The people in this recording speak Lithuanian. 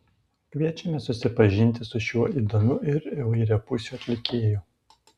kviečiame susipažinti su šiuo įdomiu ir įvairiapusiu atlikėju